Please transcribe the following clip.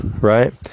right